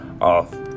off